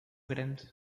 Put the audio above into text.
grande